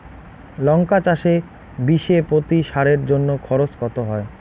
লঙ্কা চাষে বিষে প্রতি সারের জন্য খরচ কত হয়?